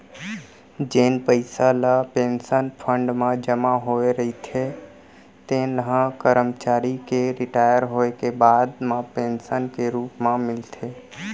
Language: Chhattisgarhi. जेन पइसा ल पेंसन फंड म जमा होए रहिथे तेन ह करमचारी के रिटायर होए के बाद म पेंसन के रूप म मिलथे